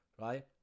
right